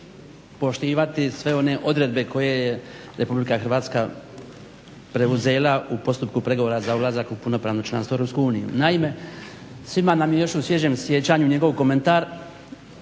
poštivati sve one odredbe koje je Republika Hrvatska preuzela u postupku pregovora za ulazak u punopravno članstvo Europske unije. Naime, svima nam je još u svježem sjećanju njegov komentar